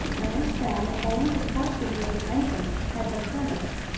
ernest found that only the portion near the entrance had been furnished.